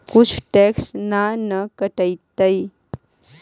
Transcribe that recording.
कुछ टैक्स ना न कटतइ?